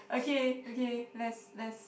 okay okay let's let's